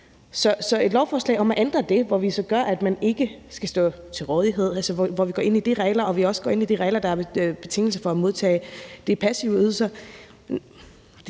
Så et lovforslag om at ændre det – hvor vi gør, at man ikke skal stå til rådighed, og hvor vi går ind i de regler, der er en betingelse for at modtage de passive ydelser